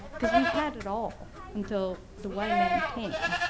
because we had it all until the white man came,